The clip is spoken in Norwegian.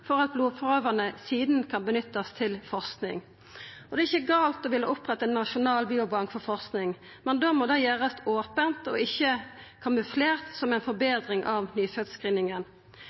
for at blodprøvene seinare skal kunna nyttast til forsking. Det er ikkje gale å vilja oppretta ein nasjonal biobank for forsking, men da må det gjerast ope, og ikkje kamuflert som ei forbetring av